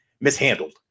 mishandled